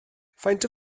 faint